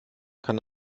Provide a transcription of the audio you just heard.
kann